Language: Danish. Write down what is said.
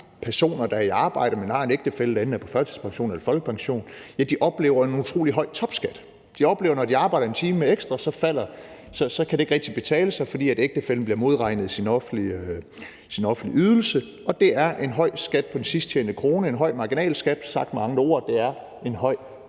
personer, der er i arbejde, men har en ægtefælle, der enten på førtidspension eller folkepension, oplever en utrolig høj topskat. De oplever, at når de arbejder en time ekstra, kan det ikke rigtig betale sig, fordi ægtefællen bliver modregnet i sin offentlige ydelse, og det er en høj skat på den sidst tjente krone, en høj marginalskat – sagt med andre ord: Det er en høj